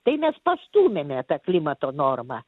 tai mes pastūmėme tą klimato normą